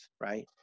right